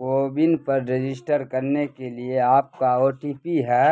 CoWIN پر register کرنے کے لیے آپ کا او ٹی پی ہے